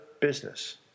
business